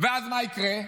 ואז מה יקרה?